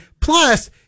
plus